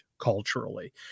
culturally